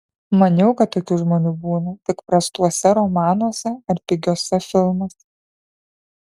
maniau kad tokių žmonių būna tik prastuose romanuose ar pigiuose filmuose